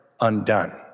undone